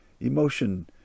Emotion